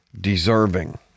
deserving